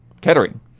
Kettering